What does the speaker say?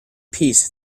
peace